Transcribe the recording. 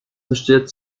versteht